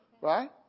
right